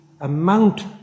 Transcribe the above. amount